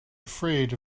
afraid